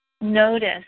notice